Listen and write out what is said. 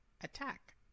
Attack